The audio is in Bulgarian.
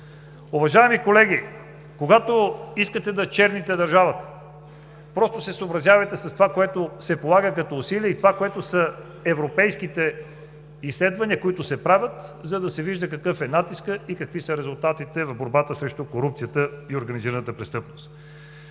Уважаеми колеги, когато искате да черните държавата, просто се съобразявайте с това, което се полага като усилия, и с европейските изследвания, които се правят, за да се вижда какъв е натискът и какви са резултатите в борбата срещу корупцията и организираната престъпност.